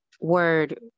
word